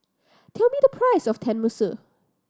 tell me the price of Tenmusu